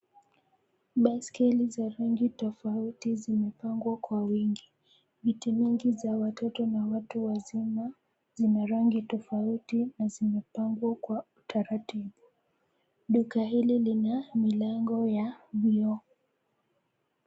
Baiskeli za rangi tofauti zimepangwa kwa wingi. Viti nyingi za watoto na watu wazima zina rangi tofauti na zimepangwa kwa utaratibu. Duka hili lina milango ya vioo.